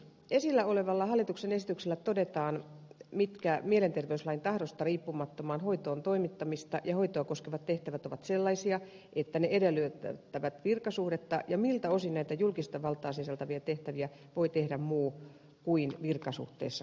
esillä olevassa hallituksen esityksessä todetaan mitkä mielenterveyslain tahdosta riippumattomaan hoitoon toimittamista ja hoitoa koskevat tehtävät ovat sellaisia että ne edellyttävät virkasuhdetta ja miltä osin näitä julkista valtaa sisältäviä tehtäviä voi tehdä muu kuin virkasuhteessa oleva